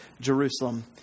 Jerusalem